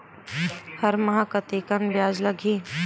हर माह कतेकन ब्याज लगही?